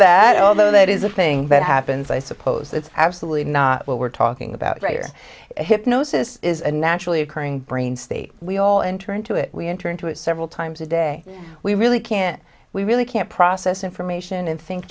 that although that is a thing that happens i suppose that's absolutely not what we're talking about right or hypnosis is a naturally occurring brain state we all enter into it we enter into it several times a day we really can't we really can't process information and think